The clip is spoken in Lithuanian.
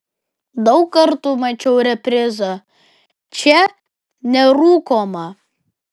daug kartų mačiau reprizą čia nerūkoma